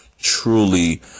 truly